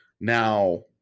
Now